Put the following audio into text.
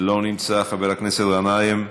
לא נמצא, חבר הכנסת גנאים,